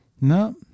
No